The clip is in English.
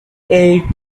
eight